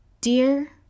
Dear